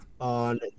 on